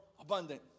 abundant